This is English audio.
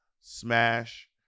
Smash